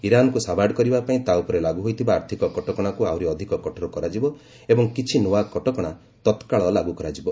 ଇରାନ୍କୁ ସାବାଡ଼୍ କରିବାପାଇଁ ତା' ଉପରେ ଲାଗୁ ହୋଇଥିବା ଆର୍ଥିକ କଟକଣାକୁ ଆହୁରି ଅଧିକ କଠୋର କରାଯିବ ଏବଂ କିଛି ନ୍ନଆ କଟକଣା ତତ୍କାଳ ଲାଗୁ କରାଯିବ